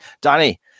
Danny